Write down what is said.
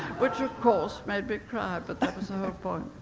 which of course made me cry, but that was the whole point.